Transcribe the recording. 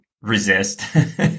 resist